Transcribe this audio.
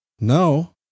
no